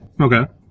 Okay